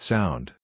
Sound